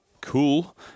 cool